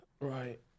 Right